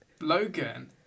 Logan